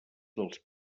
dels